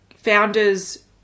founders